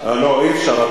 לא, אי-אפשר.